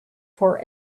for